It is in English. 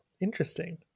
Interesting